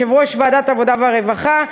יושב-ראש ועדת העבודה והרווחה.